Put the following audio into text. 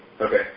Okay